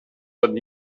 that